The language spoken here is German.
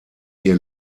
ihr